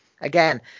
again